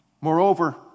Moreover